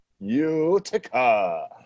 Utica